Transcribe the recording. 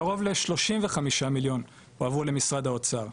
קרוב ל- 35 מיליון הועברו למשרד האוצר,